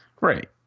Right